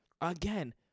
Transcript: again